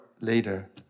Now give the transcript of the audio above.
later